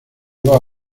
dos